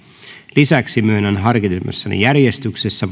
lisäksi myönnän harkitsemassani järjestyksessä